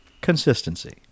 consistency